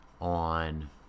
on